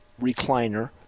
recliner